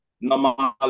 normal